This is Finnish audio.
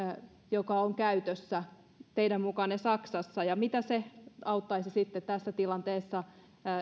joka on käytössä teidän mukaanne saksassa mitä se auttaisi sitten tässä tilanteessa